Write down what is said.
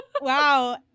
Wow